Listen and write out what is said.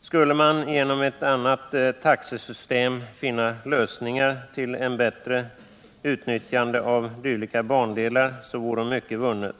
Skulle man genom ett annat taxesystem kunna finna lösningar till ett bättre utnyttjande av dylika bandelar vore mycket vunnet.